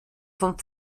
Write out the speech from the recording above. vom